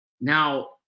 Now